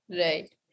Right